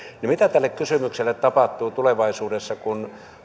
mitä tälle kysymykselle tapahtuu tulevaisuudessa kun